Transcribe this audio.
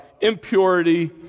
Impurity